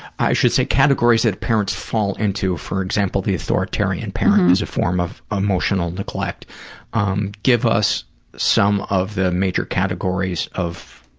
i should say categories that parents fall into, for example, the authoritarian parent is a form of emotional neglect um, give us some of the major categories of